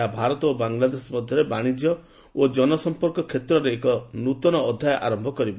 ଏହା ଭାରତ ଓ ବାଙ୍ଗଲାଦେଶ ମଧ୍ୟରେ ବାଣିଜ୍ୟ ଓ ଜନସମ୍ପର୍କ କ୍ଷେତ୍ରରେ ଏକ ନୂତନ ଅଧ୍ୟାୟ ଆରୟ କରିବ